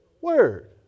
word